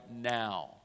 now